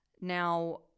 Now